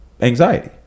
anxiety